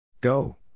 Go